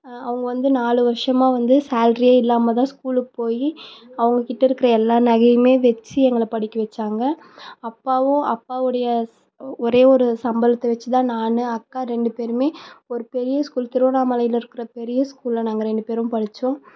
அவங்க வந்து நாலு வருஷமா வந்து சேலரியே இல்லாமல் தான் ஸ்கூலுக்கு போய் அவங்கக்கிட்டே இருக்கிற எல்லா நகையுமே வெச்சு எங்களை படிக்க வெச்சாங்க அப்பாவும் அப்பாவுடைய ஒரே ஒரு சம்பளத்தை வெச்சி தான் நான் அக்கா ரெண்டு பேருமே ஒரு பெரிய ஸ்கூல் திருவண்ணாமலையில் இருக்கிற பெரிய ஸ்கூலில் நாங்கள் ரெண்டு பேரும் படித்தோம்